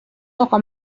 اقا